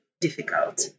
difficult